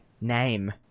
name